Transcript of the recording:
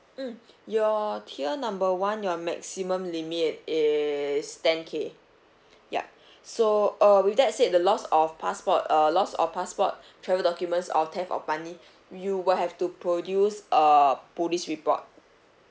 mm your tier number one your maximum limit is ten K ya so uh with that said the loss of passport err lost of passport travel documents or thief of money you will have to produce a police report